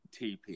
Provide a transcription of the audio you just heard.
TP